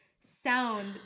sound